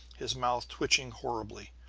his mouth twitching horribly.